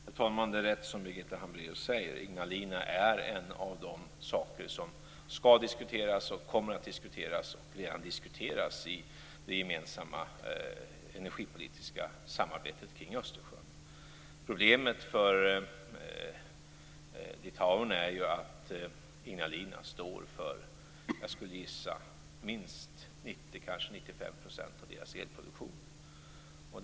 Herr talman! Det är rätt som Birgitta Hambraeus säger. Ignalina är en av de saker som skall diskuteras, kommer att diskuteras och redan diskuteras i det gemensamma energipolitiska samarbetet kring Östersjön. Problemet för Litauen är ju att Ignalina står för minst 90 %, kanske 95 %, av deras elproduktion.